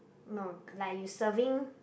no like you serving